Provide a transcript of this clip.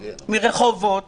מרחובות,